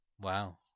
Wow